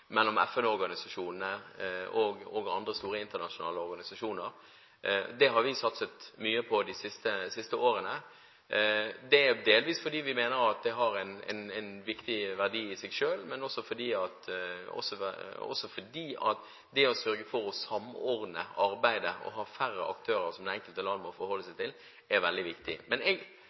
og andre store internasjonale organisasjoner. Det har vi satset mye på de siste årene, og det er delvis fordi vi mener det har en viktig verdi i seg selv, men også fordi det å sørge for å samordne arbeidet og ha færre aktører som det enkelte land må forholde seg til, er veldig viktig. Jeg synes det er vanskelig å svare enkelt ja eller nei på akkurat det spørsmålet. Jeg